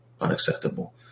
unacceptable